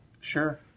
Sure